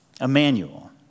Emmanuel